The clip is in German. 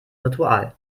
ritual